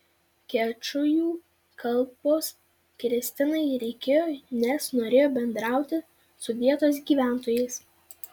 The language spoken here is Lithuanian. kečujų kalbos kristinai reikėjo nes norėjo bendrauti su vietos gyventojais